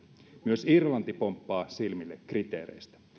myös irlanti pomppaa silmille kriteereistä